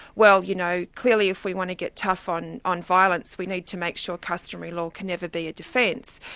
well, you know, clearly if we want to get tough on on violence, we need to make sure customary law can never be a defence.